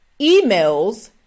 emails